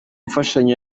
mfashanyo